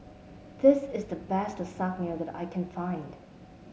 this is the best Lasagne that I can find